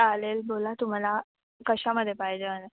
चालेल बोला तुम्हाला कशामध्ये पाहिजे वालं